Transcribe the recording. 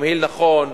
תמהיל נכון,